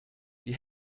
die